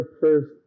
first